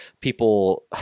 people